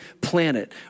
planet